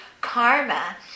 karma